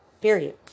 Period